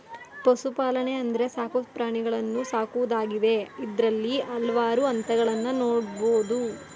ಪಶುಪಾಲನೆ ಅಂದ್ರೆ ಸಾಕು ಪ್ರಾಣಿಗಳನ್ನು ಸಾಕುವುದಾಗಿದೆ ಇದ್ರಲ್ಲಿ ಹಲ್ವಾರು ಹಂತಗಳನ್ನ ನೋಡ್ಬೋದು